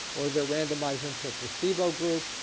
or they're randomized into a placebo group.